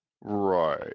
Right